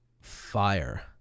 fire